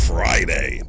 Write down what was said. Friday